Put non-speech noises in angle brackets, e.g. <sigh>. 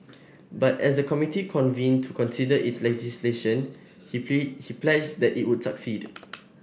but as the committee convened to consider its legislation he <unintelligible> he pledged that it would succeed